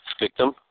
victim